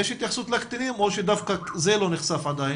יש התייחסות לקטינים או שדווקא זה לא נחשף עדיין?